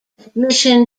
admission